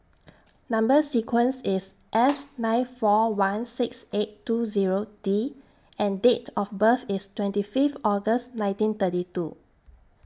Number sequence IS S nine four one six eight two Zero D and Date of birth IS twenty Fifth August nineteen thirty two